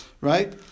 right